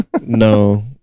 No